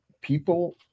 people